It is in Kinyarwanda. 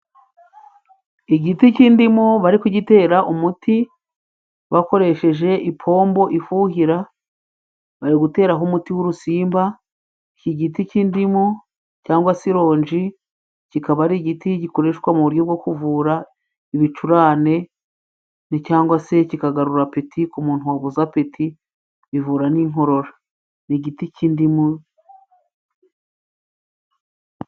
Igiti cy'indimu bari kugitera umuti, bakoresheje ipombo ifuhira, bari guteraho umuti w'urusimba, igiti cy'indimu cyangwa se ironji kikaba ari igiti gikoreshwa mu buryo bwo kuvura ibicurane cyangwa se kikagarura apeti ku muntu wabuze apeti bivura n'inkorora. igiti cy'indimu.